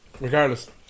regardless